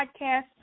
podcast